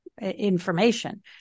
information